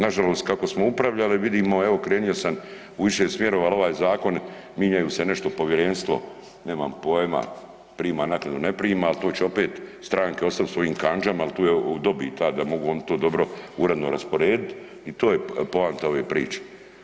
Nažalost kako smo upravljali vidimo evo krenuo sam u više smjerova, ali ovaj zakon mijenjaju se nešto povjerenstvo nemam pojma, prima naknadu ne prima, al to će opet stranke osobito svojim kandžama jel tu je dobit ta da mogu oni to dobro uredno rasporediti i to je poanta ove priče.